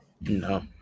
No